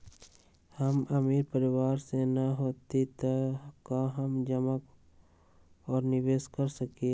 हम अमीर परिवार से न हती त का हम जमा और निवेस कर सकली ह?